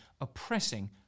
oppressing